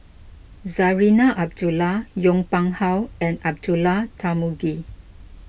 Zarinah Abdullah Yong Pung How and Abdullah Tarmugi